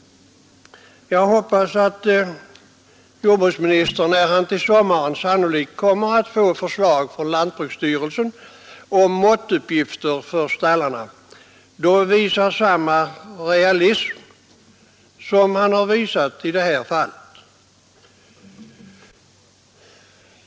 När jord bruksministern till sommaren kommer att få förslag med måttuppgifter för stallarna från lantbruksstyrelsen, hoppas jag att han kommer att visa samma realism som han visat i detta fall.